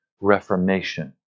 reformation